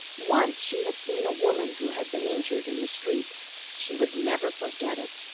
once she had seen a woman who had been injured in the street she would never forget it.